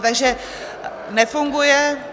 Takže nefunguje...